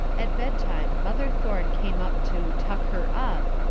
at bed-time mother thorne came up to tuck her up,